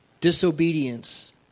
disobedience